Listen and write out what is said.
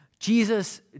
Jesus